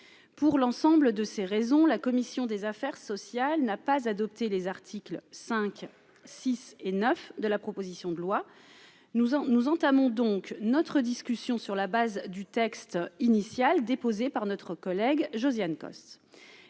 pour l'ensemble de ces raisons, la commission des affaires sociales n'a pas adopté les articles 5 6 et 9 de la proposition de loi nous en nous entamons donc notre discussion sur la base du texte initial déposé par notre collègue Josiane Costes,